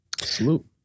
Salute